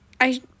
I-